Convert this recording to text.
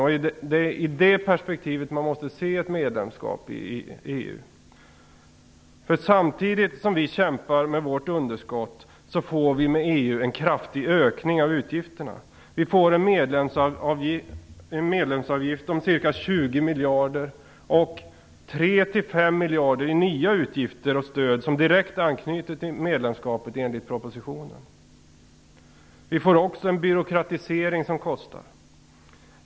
Det är i det perspektivet man måste se ett medlemskap i EU. Samtidigt som vi kämpar med vårt underskott får vi med EU en kraftig ökning av utgifterna. Vi får enligt propositionen en medlemsavgift om ca 20 miljarder och 3-5 miljarder i nya utgifter för stöd som direkt anknyter till medlemskapet. Vi får också en byråkratisering som kostar.